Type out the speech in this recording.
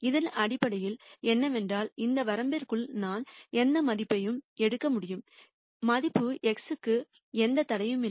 இதன் அடிப்படையில் என்னவென்றால் இந்த வரம்பிற்குள் நான் எந்த மதிப்பையும் எடுக்க முடியும் மதிப்பு X க்கு எந்த தடையும் இல்லை